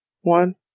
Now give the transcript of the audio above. one